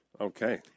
Okay